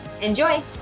Enjoy